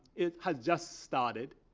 it has just started.